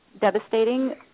devastating